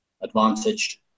Advantaged